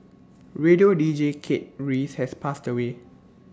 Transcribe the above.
radio deejay Kate Reyes has passed away